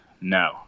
no